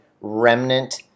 remnant